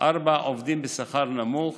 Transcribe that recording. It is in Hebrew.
4. עובדים בשכר נמוך,